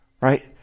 right